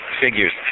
figures